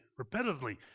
repetitively